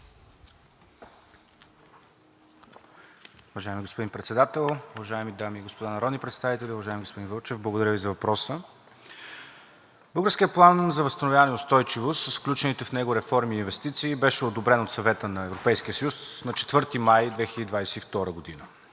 Уважаеми господин Председател, уважаеми дами и господа народни представители! Уважаеми господин Вълчев, благодаря Ви за въпроса. Българският план за възстановяване и устойчивост с включените в него реформи и инвестиции беше одобрен от Съвета на Европейския съюз на 4 май 2022 г.